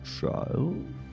child